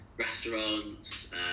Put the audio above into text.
Restaurants